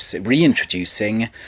reintroducing